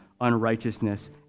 unrighteousness